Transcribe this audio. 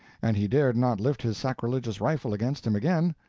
and he dared not lift his sacrilegious rifle against him again,